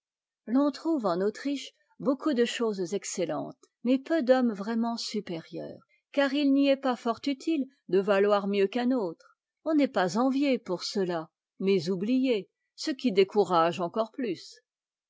l'on trouve en autriche beaucoup de choses ëxcettentes mais peu d'hommes vraiment supérieurs car il n'y est pas fort utile de valoir mieux qu'un autre on n'est pas envié pour cela mais oublié ce qui décourage encore plus